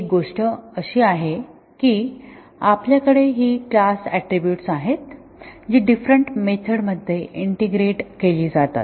एक गोष्ट अशी आहे की आपल्याकडे ही क्लास ऍट्रिब्युटस आहेत जी डिफरंट मेथड मध्ये इंटिग्रेट केली जातात